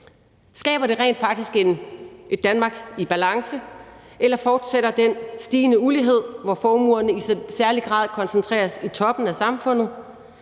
Skaber det rent faktisk et Danmark i balance, eller fortsætter den stigende ulighed, hvor formuerne i særlig grad koncentreres i toppen af samfundet?